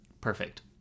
Perfect